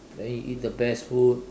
then you eat the best food